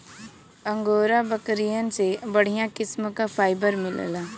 angora बकरियन से बढ़िया किस्म क फाइबर मिलला